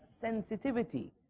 sensitivity